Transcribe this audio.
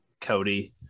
Cody